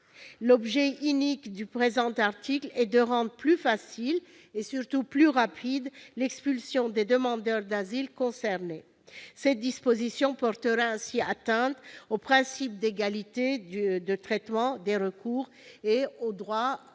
L'objet unique du présent article est de rendre plus facile, et surtout plus rapide, l'expulsion des demandeurs d'asile concernés. Cette disposition portera ainsi atteinte au principe d'égalité de traitement des recours et au droit à un